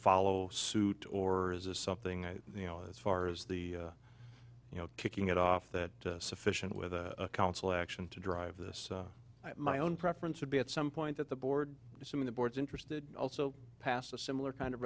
follow suit or is this something that you know as far as the you know kicking it off that sufficient with council action to drive this my own preference would be at some point at the board some of the boards interested also passed a similar kind of